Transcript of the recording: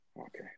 Okay